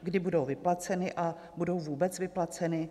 Kdy budou vyplaceny, a budou vůbec vyplaceny?